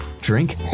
drink